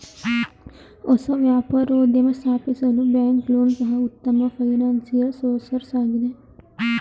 ಹೊಸ ವ್ಯಾಪಾರೋದ್ಯಮ ಸ್ಥಾಪಿಸಲು ಬ್ಯಾಂಕ್ ಲೋನ್ ಸಹ ಉತ್ತಮ ಫೈನಾನ್ಸಿಯಲ್ ಸೋರ್ಸಸ್ ಆಗಿದೆ